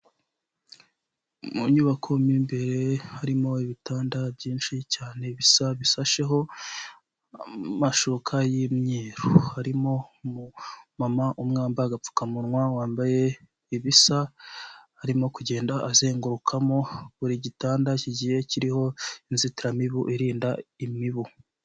Mu nyubako mpimbere harimo ibitanda byinshi cyane bisa bisasheho amashuka y'imyeru harimo umu mama umwe wambaye agapfukamunwa wambaye ibisa arimo kugenda azengurukamo buri gitanda kigiye kiriho inzitiramibu irinda imibu.